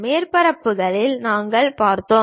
மேற்பரப்புகளையும் நாங்கள் பார்த்தோம்